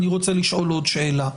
אני ארצה לשאול עוד שאלה,